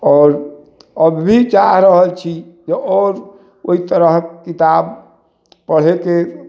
आओर अभी चाह रहल छी जे आओर ओहि तरहक किताब पढ़ेके